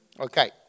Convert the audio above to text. Okay